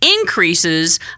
increases